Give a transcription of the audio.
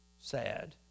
Sad